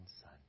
son